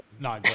No